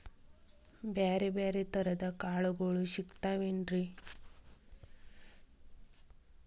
ಬ್ಯಾರೆ ಬ್ಯಾರೆ ತರದ್ ಕಾಳಗೊಳು ಸಿಗತಾವೇನ್ರಿ?